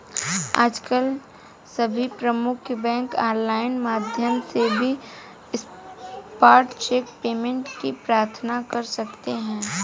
आजकल सभी प्रमुख बैंक ऑनलाइन माध्यम से भी स्पॉट चेक पेमेंट की प्रार्थना कर सकते है